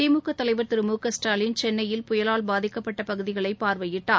திமுக தலைவர் திரு மு க ஸ்டாலின் சென்னையில் புயலால் பாதிக்கப்பட்ட பகுதிகளை பார்வையிட்டார்